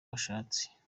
bashatse